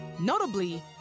Notably